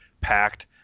packed